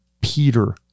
Peter